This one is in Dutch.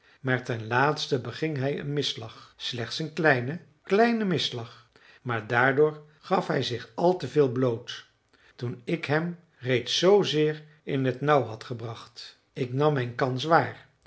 maar ten laatste beging hij een misslag slechts een kleinen kleinen misslag maar daardoor gaf hij zich al te veel bloot toen ik hem reeds zoozeer in het nauw had gebracht ik nam mijn kans waar